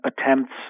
attempts